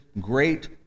great